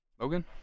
Logan